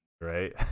right